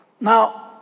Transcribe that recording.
Now